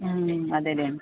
అదేలేండి